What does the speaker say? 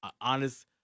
honest